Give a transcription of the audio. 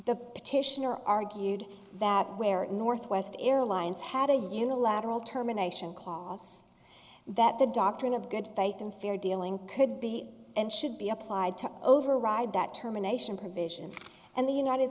the petitioner argued that where northwest airlines had a unilateral terminations clause that the doctrine of good faith and fair dealing could be and should be applied to override that terminations provision and the united